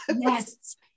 yes